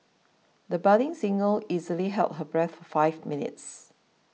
the budding singer easily held her breath five minutes